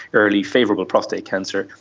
early favourable prostate cancer,